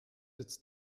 jetzt